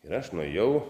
ir aš nuėjau